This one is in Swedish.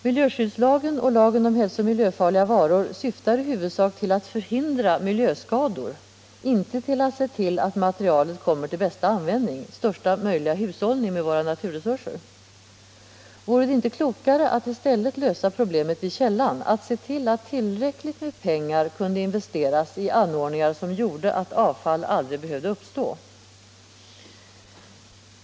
Miljöskyddslagen och lagen om hälsooch miljöfarliga varor syftar i huvudsak till att förhindra miljöskador, inte till att se till att materialet kommer till bästa användning, inte till största möjliga hushållning med våra naturresurser. Vore det inte klokare att i stället lösa problemet vid källan, att se till att tillräckligt med pengar kunde investeras i anordningar som gjorde att avfall aldrig behövde uppstå?